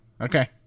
Okay